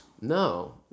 No